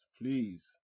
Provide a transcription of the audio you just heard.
please